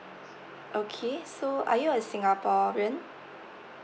okay so are you a singaporean